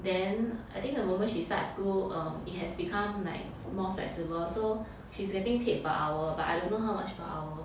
then I think the moment she start school err it has become like more flexible so she's getting paid per hour but I don't know how much per hour